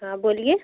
ہاں بولیے